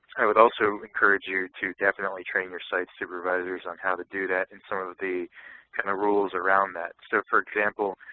i would also encourage you to definitely train your site supervisors on how to do that and some of the kind of rules around that. so, for example,